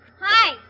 Hi